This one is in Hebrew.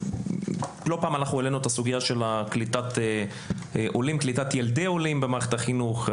לא פעם העלנו את הסוגייה של קליטת ילדי עולים במערכת החינוך.